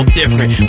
different